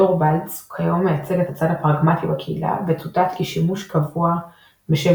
טורבאלדס כיום מייצג את הצד הפרגמטי בקהילה וצוטט כי שימוש קבוע בשם